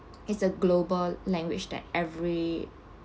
it's a global language that every